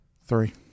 three